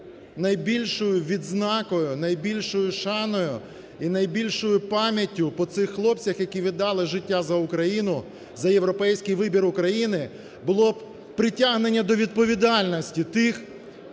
найбільшою відзнакою, найбільшою шаною і найбільшою пам'яттю по цих хлопцях, які віддали життя за Україну, за європейський вибір України було б притягнення до відповідальності тих,